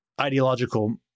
ideological